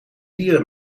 dieren